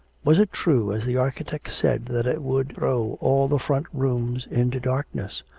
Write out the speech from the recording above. was it true, as the architect said, that it would throw all the front rooms into darkness?